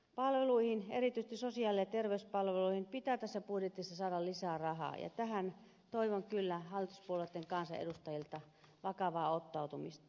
palveluihin erityisesti sosiaali ja terveyspalveluihin pitää tässä budjetissa saada lisää rahaa ja tähän toivon kyllä hallituspuolueitten kansanedustajilta vakavaa ottautumista